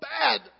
bad